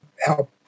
help